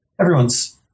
Everyone's